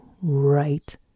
right